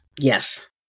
Yes